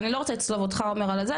ואני לא רוצה לצלוב אותך עומר על זה,